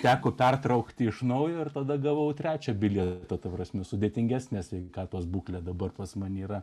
teko pertraukti iš naujo ir tada gavau trečią bili tada prasmių sudėtingesnę sveikatos būklę dabar tas man yra